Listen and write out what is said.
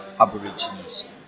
Aborigines